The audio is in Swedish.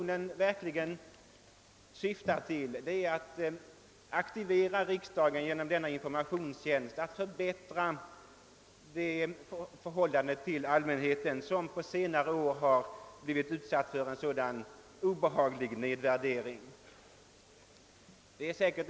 Vad motionen syftar till är att aktivera riksdagen genom denna informationstjänst och förbättra förhållandet till allmänheten, vilket på senare år har blivit utsatt för en obehaglig nedvärdering.